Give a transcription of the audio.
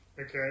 Okay